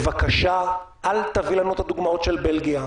בבקשה, אל תביא לנו את הדוגמאות של בלגיה.